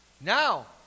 Now